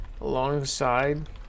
alongside